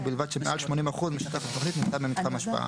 ובלבד שמעל 80% משטח התוכנית נמצא במתחם השפעה,